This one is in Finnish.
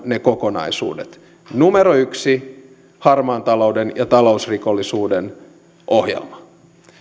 ne kokonaisuudet yksi harmaan talouden ja talousrikollisuuden torjumisen ohjelma